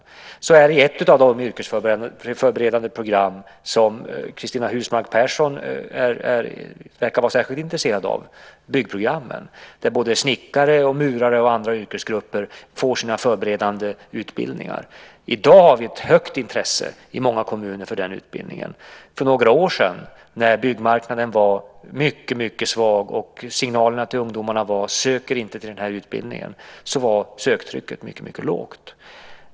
Så är det när det gäller ett av de yrkesförberedande program som Cristina Husmark Pehrsson verkar vara särskilt intresserad av, nämligen byggprogrammet där snickare, murare och andra yrkesgrupper får sina förberedande utbildningar. I dag har vi ett högt intresse i många kommuner för den utbildningen. För några år sedan, när byggmarknaden var mycket svag och signalerna till ungdomarna var att inte söka till den utbildningen, var söktrycket mycket lågt.